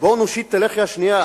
בואו נושיט את הלחי השנייה.